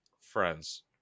friends